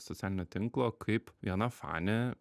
socialinio tinklo kaip viena fanė